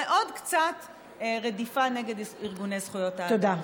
ועוד קצת רדיפה של ארגוני זכויות האדם.